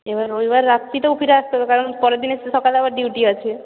এবার রবিবার রাত্রিতেও ফিরে আসতে হবে কারণ পরের দিন এসে সকালে আবার ডিউটি আছে